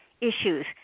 issues